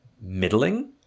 middling